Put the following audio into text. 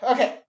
Okay